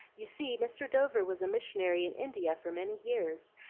you see mr. dover was a missionary in india for many years,